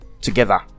together